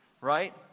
right